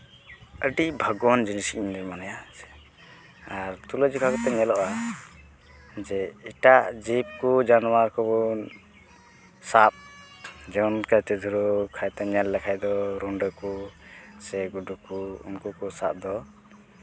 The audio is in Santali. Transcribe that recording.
ᱟᱹᱰᱤ ᱵᱷᱟᱜᱽᱜᱚᱣᱟᱱ ᱡᱤᱱᱤᱥ ᱤᱧ ᱫᱩᱧ ᱢᱚᱱᱮᱭᱟ ᱟᱨ ᱛᱩᱞᱟᱹᱡᱚᱠᱷᱟ ᱠᱟᱛᱮᱫ ᱧᱮᱞᱚᱜᱼᱟ ᱡᱮ ᱮᱴᱟᱜ ᱡᱤᱵᱽ ᱠᱚ ᱡᱟᱱᱣᱟᱨ ᱠᱚ ᱵᱚᱱ ᱥᱟᱵ ᱡᱚᱢ ᱠᱛᱮᱫ ᱫᱷᱚᱨᱚ ᱠᱷᱟᱫᱚ ᱧᱮᱞ ᱞᱮᱠᱷᱟᱱ ᱫᱚ ᱨᱩᱸᱰᱟᱹ ᱠᱚ ᱥᱮ ᱜᱩᱰᱩ ᱠᱚ ᱩᱱᱠᱩ ᱠᱚ ᱥᱟᱵ ᱫᱚ